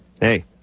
hey